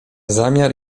zamiar